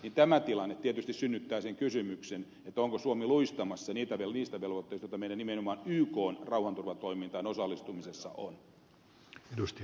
tämä tilanne tietysti synnyttää sen kysymyksen onko suomi luistamassa niistä velvoitteista joita meillä nimenomaan ykn rauhanturvatoimintaan osallistumisessa on